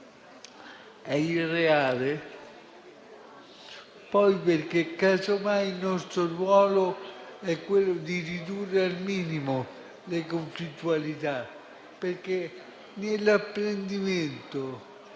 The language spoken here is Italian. è irreale e poi perché, casomai, il nostro ruolo è quello di ridurre al minimo le conflittualità. Nell'apprendimento